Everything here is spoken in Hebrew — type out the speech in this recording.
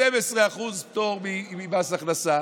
12% פטור ממס הכנסה,